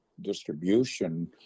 distribution